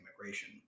immigration